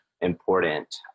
important